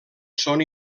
són